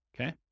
Okay